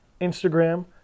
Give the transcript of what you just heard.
Instagram